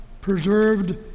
preserved